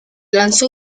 lanzó